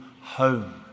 home